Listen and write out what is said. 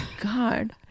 God